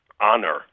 honor